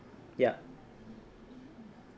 yup